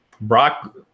Brock